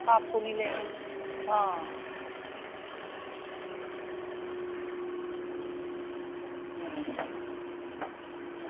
आपूं निं लेने हां